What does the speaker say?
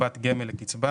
מקופת גמל לקצבה,